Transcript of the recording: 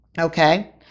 Okay